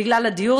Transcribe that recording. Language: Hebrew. בגלל הדיור,